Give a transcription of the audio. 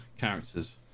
characters